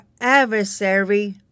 adversary